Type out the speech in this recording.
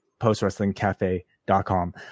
postwrestlingcafe.com